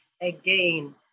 again